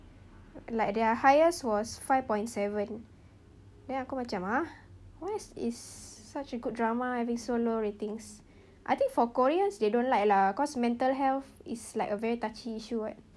like their highest was five point seven then aku macam !huh! why is such a good drama having so low ratings I think for koreans they don't like lah cause mental health is like a very touchy issue [what]